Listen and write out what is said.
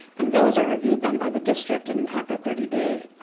and those are reviewed then by the district and and have a thirty day